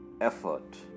Effort